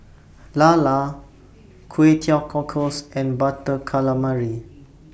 Lala Kway Teow Cockles and Butter Calamari